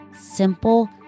simple